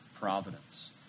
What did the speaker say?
providence